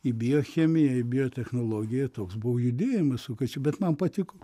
į biochemiją ir biotechnologiją toks buvo judėjimas sukasi bet man patiko